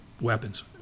weapons